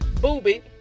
Booby